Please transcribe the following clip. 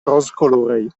rozkoloraj